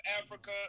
Africa